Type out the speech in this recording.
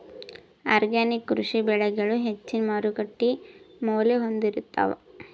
organic ಕೃಷಿ ಬೆಳಿಗಳು ಹೆಚ್ಚಿನ್ ಮಾರುಕಟ್ಟಿ ಮೌಲ್ಯ ಹೊಂದಿರುತ್ತಾವ